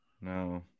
no